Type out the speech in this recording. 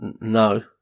No